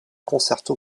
concerto